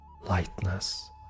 lightness